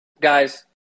Guys